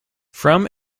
from